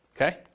okay